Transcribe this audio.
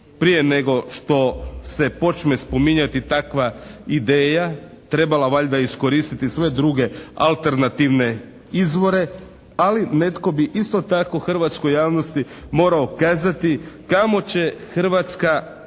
prije nego što se počne spominjati takva ideja, trebala valjda iskoristiti sve druge alternativne izvore, ali netko bi isto tako hrvatskoj javnosti morao kazati kamo će Hrvatska,